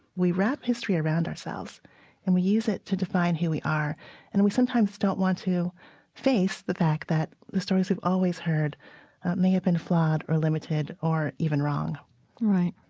we wrap history around ourselves and we use it to define who we are and we sometimes don't want to face the fact that the stories we've always heard may have been flawed or limited or even wrong right.